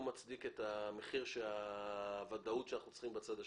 מצדיק את הוודאות שאנחנו צריכים בצד השני.